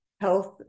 health